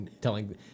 telling